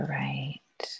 right